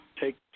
take